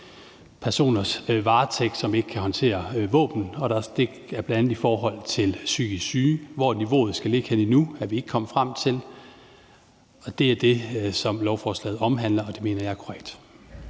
personers varetægt, som ikke kan håndtere våben, og det er bl.a. psykisk syge. Hvor niveauet nu skal ligge henne, er vi ikke kommet frem til. Det er det, som lovforslaget omhandler, og det mener jeg er korrekt.